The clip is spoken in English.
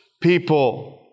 people